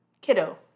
Kiddo